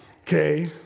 okay